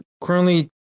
currently